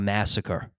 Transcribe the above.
Massacre